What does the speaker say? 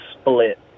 split